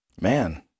man